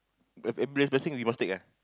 but if blessing you must take ah